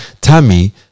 Tammy